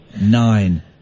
nine